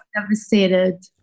devastated